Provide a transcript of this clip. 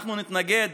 אנחנו נתנגד